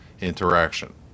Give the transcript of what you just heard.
interaction